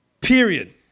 period